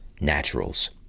Naturals